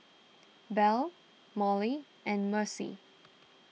Belle Molly and Mercy